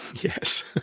Yes